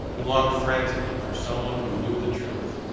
he longed frantically for some one who knew the truth,